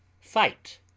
Fight